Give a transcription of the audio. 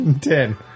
Ten